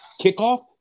kickoff